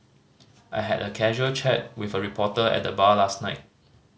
I had a casual chat with a reporter at the bar last night